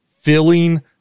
filling